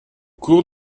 cours